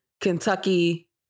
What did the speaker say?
Kentucky